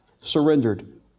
surrendered